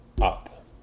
up